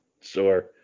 Sure